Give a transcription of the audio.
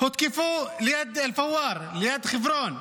הותקפו ליד אל-פוואר, ליד חברון,